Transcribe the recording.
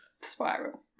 spiral